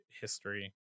history